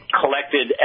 collected